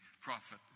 prophet